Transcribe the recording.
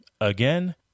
Again